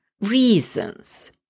reasons